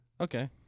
Okay